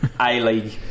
A-League